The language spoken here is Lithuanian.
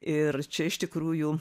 ir čia iš tikrųjų